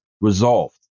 resolved